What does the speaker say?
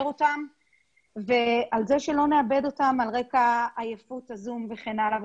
אותם ועל זה שלא נאבד אותם על רקע עייפות ה-זום וכן הלאה.